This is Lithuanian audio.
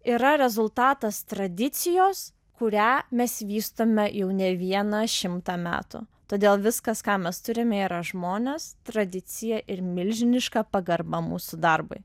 yra rezultatas tradicijos kurią mes vystome jau ne vieną šimtą metų todėl viskas ką mes turime yra žmonės tradicija ir milžiniška pagarba mūsų darbui